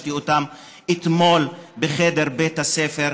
שפגשתי אתמול בחדר בית הספר.